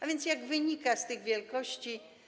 A więc, jak wynika z tych wielkości.